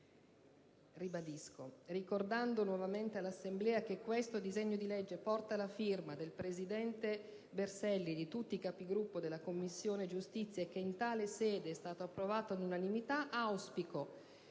*relatrice*. Ricordando nuovamente all'Assemblea che questo disegno di legge porta la firma del presidente del Berselli e di tutti i Capigruppo della Commissione giustizia e che in tale sede è stato approvato all'unanimità, auspico